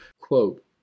quote